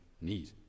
need